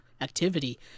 activity